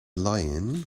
lion